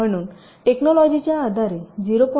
म्हणून टेक्नोलोंजिच्या आधारे 0